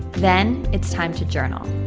then, it's time to journal.